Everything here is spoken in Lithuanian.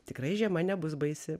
tikrai žiema nebus baisi